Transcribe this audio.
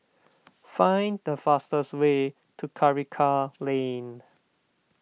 find the fastest way to Karikal Lane